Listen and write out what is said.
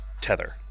tether